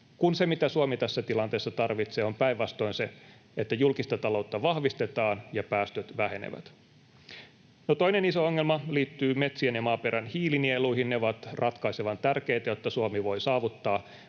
kun se, mitä Suomi tässä tilanteessa tarvitsee, on päinvastoin se, että julkista taloutta vahvistetaan ja päästöt vähenevät. No toinen iso ongelma liittyy metsien ja maaperän hiilinieluihin. Ne ovat ratkaisevan tärkeitä, jotta Suomi voi saavuttaa